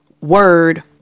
word